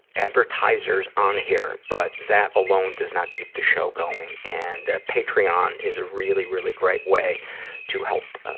advertisers on here, but that alone does not keep the show going, and patreon is a really, really great way to help, ah,